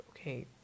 okay